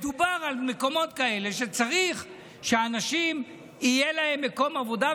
מדובר על מקומות כאלה שצריך שלאנשים יהיה מקום עבודה,